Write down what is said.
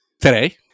today